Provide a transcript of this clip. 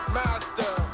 master